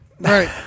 right